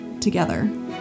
together